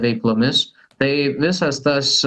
veiklomis tai visas tas